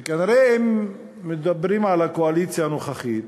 וכנראה, אם מדברים על הקואליציה הנוכחית